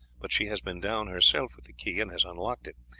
but she has been down herself with the key and has unlocked it,